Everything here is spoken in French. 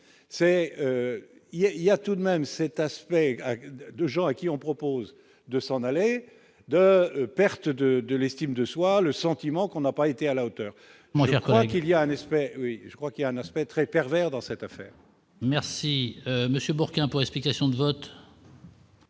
il y a tout de même cet aspect de gens à qui on propose de s'en aller, de perte de de l'estime de soi, le sentiment qu'on n'a pas été à la hauteur, moderne, il y a un espèce oui je crois qu'il y a un aspect très pervers dans cette affaire. Merci monsieur Bourquin pour explications de vote.